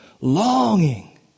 longing